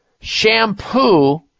shampoo